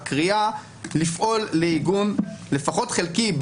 הקריאה לפעול לעיגון לפחות חלקי,